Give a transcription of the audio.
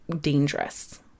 dangerous